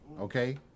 Okay